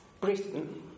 Britain